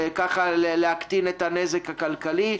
וכך להקטין את הנזק הכלכלי.